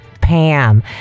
Pam